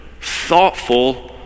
thoughtful